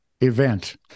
event